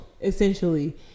Essentially